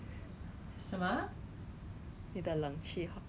我的 father right actually 他的 job 对